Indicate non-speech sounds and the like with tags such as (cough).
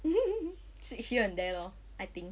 (laughs) switch here and there lor I think